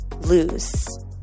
lose